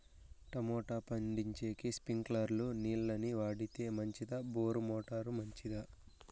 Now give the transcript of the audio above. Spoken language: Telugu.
టమోటా పండించేకి స్ప్రింక్లర్లు నీళ్ళ ని వాడితే మంచిదా బోరు మోటారు మంచిదా?